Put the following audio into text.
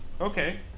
Okay